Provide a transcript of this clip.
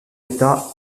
état